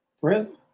Prison